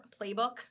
Playbook